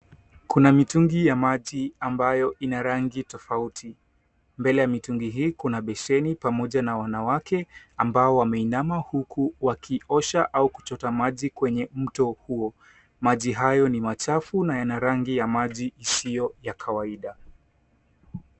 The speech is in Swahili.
Kuna mitungi ya maji ambayo ina rangi tofauti. Mbele ya mitungi hii kuna besheni pamoja na wanawake ambao wameinama huku wakiosha au kuchota maji kwenye mto huo. Maji hayo ni machafu na yana rangi ya maji isiyo ya kawaida.